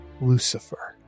lucifer